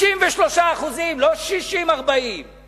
93%. לא 40% 60%,